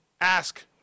ask